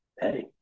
hey